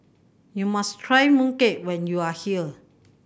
you must try mooncake when you are here